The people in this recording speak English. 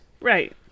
Right